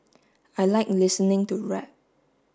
I like listening to rap